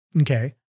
okay